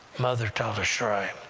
mother taught us right.